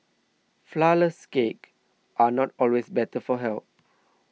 Flourless Cakes are not always better for health